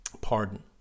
Pardon